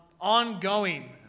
ongoing